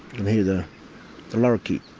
hear the lorikeet.